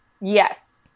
Yes